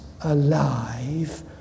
alive